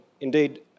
indeed